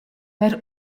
per